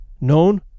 known